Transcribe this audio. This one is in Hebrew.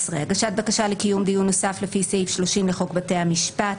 הגשת בקשה לקיום דיון נוסף לפי סעיף 30 לחוק בתי המשפט,